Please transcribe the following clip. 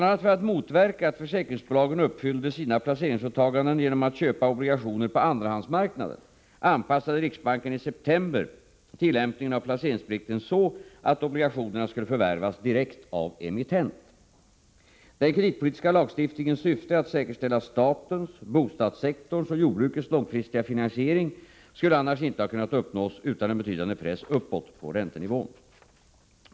a. för att motverka att försäkringsbolagen uppfyllde sina placeringsåtaganden genom att köpa obligationer på andrahandsmarknaden anpassade riksban ken i september tillämpningen av placeringsplikten så att obligationerna skulle förvärvas direkt av emittent. Den kreditpolitiska lagstiftningens syfte att säkerställa statens, bostadssektorns och jordbrukets långfristiga finansiering skulle annars inte ha kunnat uppnås utan en betydande press uppåt på räntenivån.